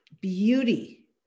beauty